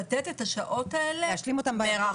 לתת את השעות האלה מרחוק.